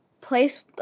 place